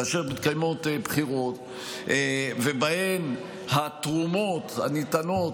כאשר מתקיימות בחירות ובהן התרומות הניתנות